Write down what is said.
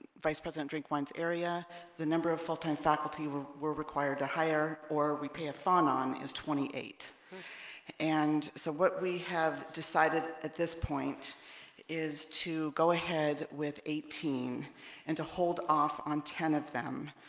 vice president drink wines area the number of full-time faculty were were required to hire or repay a fawn on is twenty eight and so what we have decided at this point is to go ahead with eighteen and to hold off on ten of them